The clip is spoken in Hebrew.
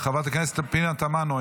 חברת הכנסת פנינה תמנו,